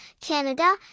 Canada